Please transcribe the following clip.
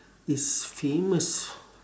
is famous